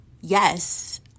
yes